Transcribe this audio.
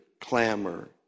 clamor